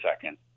second